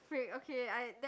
freak okay I that